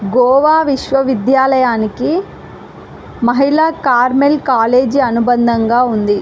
గోవా విశ్వవిద్యాలయానికి మహిళా Carmel college అనుబంధంగా ఉంది